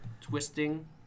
twisting